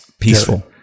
Peaceful